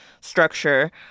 structure